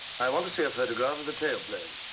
i want to see a photograph of the tail plane.